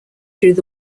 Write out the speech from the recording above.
through